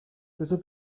بزار